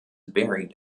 buried